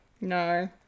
No